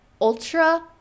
ultra